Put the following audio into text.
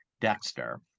Dexter